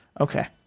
Okay